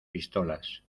pistolas